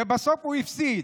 ובסוף הוא הפסיד.